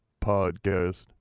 podcast